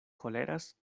koleras